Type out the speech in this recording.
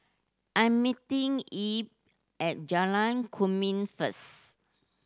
I'm meeting Ebb at Jalan Kemuning first